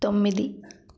తొమ్మిది